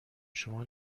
شما